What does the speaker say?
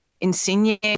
Insigne